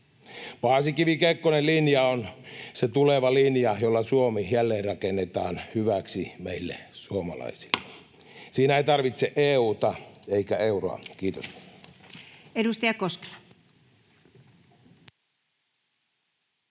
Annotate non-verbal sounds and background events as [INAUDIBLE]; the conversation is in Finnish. Paasikivi—Kekkonen-linja on se tuleva linja, jolla Suomi jälleenrakennetaan hyväksi meille suomalaisille. [NOISE] Siinä ei tarvita EU:ta eikä euroa. — Kiitos.